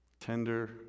Tender